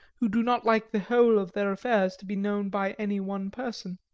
who do not like the whole of their affairs to be known by any one person.